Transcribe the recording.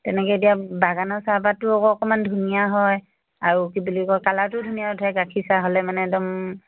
তেনেকৈ এতিয়া বাগানৰ চাহপাতটো আক অকণমান ধুনীয়া হয় আৰু কি বুলি কয় কালাৰটোও ধুনীয়া উঠে গাখীৰ চাহ হ'লে মানে একদম